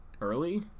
Early